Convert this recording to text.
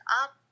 up